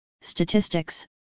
statistics